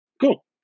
Cool